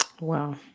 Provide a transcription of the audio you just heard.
Wow